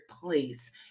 place